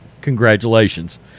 Congratulations